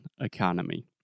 economy